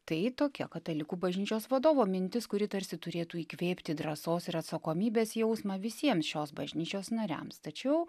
tai tokia katalikų bažnyčios vadovo mintis kuri tarsi turėtų įkvėpti drąsos ir atsakomybės jausmą visiems šios bažnyčios nariams tačiau